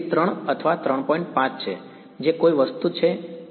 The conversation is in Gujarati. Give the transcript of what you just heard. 5 છે જે કોઈ વસ્તુ છે કે નહીં તેની પરવા કરે છે